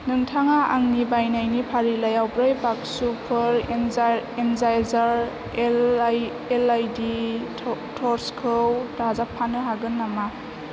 नोंथाङा आंनि बायनायनि फारिलाइयाव ब्रै बाक्सुफोर एन्जार एन्जायजार एलइडि थर्सखौ दाजाबफानो हागोन नामा